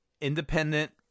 independent